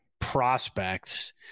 prospects